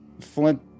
Flint